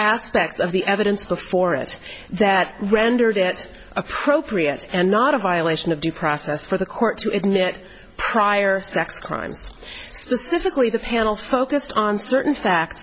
aspects of the evidence before it that rendered it appropriate and not a violation of due process for the court to admit prior sex crimes difficulty the panel focused on certain facts